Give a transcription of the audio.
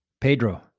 pedro